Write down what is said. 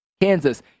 Kansas